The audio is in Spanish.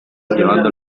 llevando